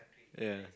ya